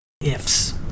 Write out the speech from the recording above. ifs